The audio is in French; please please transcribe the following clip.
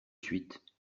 suite